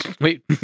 Wait